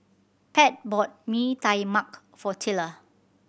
Pat bought Bee Tai Mak for Tilla